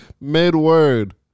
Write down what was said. mid-word